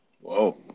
Whoa